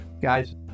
guys